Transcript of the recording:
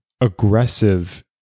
aggressive